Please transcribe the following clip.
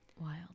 Wild